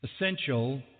essential